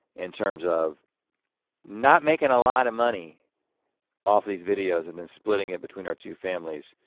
in terms of not making a lot of money off these videos and then splitting it between our two families.